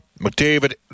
McDavid